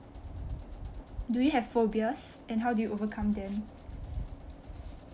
do you have phobias and how do you overcome them